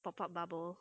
pop up bubble